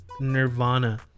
Nirvana